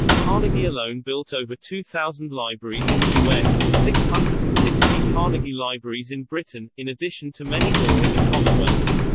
carnegie alone built over two thousand libraries in the us, six hundred and sixty carnegie libraries in britain, in addition to many more in the commonwealth.